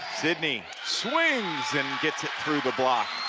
sidney swings and gets it through the block